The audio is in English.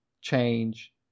change